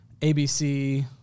ABC